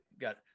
got